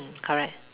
mm correct